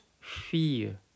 fear